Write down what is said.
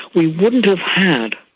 we wouldn't have had,